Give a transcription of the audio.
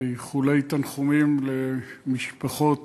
באיחולי תנחומים למשפחות